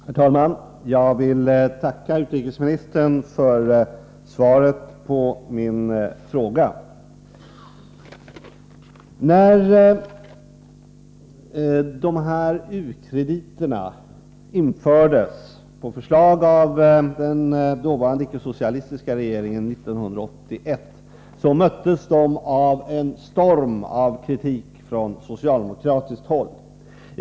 Herr talman! Jag vill tacka utrikesministern för svaret på min fråga. När de här u-krediterna infördes 1981, på förslag av den dåvarande icke-socialistiska regeringen, mötte de en storm av kritik från socialdemokratiskt håll.